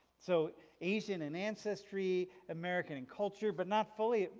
so asian in ancestry, american in culture but not fully.